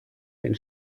den